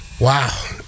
Wow